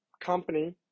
company